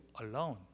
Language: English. alone